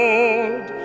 Lord